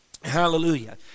Hallelujah